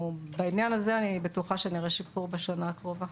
אני בטוחה שבעניין הזה נראה שיפור בשנה הקרובה.